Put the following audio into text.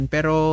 Pero